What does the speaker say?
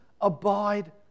abide